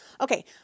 Okay